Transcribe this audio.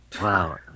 Wow